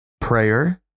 Prayer